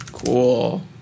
Cool